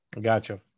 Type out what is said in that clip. Gotcha